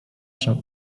się